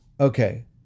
Okay